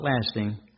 lasting